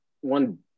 one